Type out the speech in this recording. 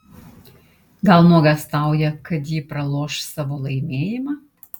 gal nuogąstauja kad ji praloš savo laimėjimą